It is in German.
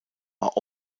war